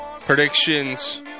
predictions